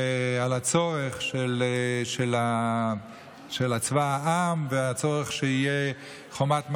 ועל הצורך בצבא העם והצורך שתהיה חומת מגן,